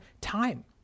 time